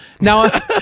Now